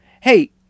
Hey